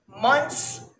months